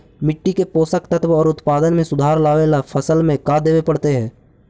मिट्टी के पोषक तत्त्व और उत्पादन में सुधार लावे ला फसल में का देबे पड़तै तै?